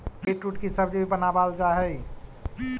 beetroot की सब्जी भी बनावाल जा हई